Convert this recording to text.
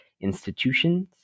institutions